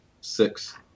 Six